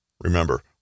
Remember